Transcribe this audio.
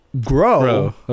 grow